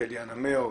לפלי 'הנמר',